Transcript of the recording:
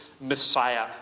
Messiah